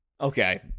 okay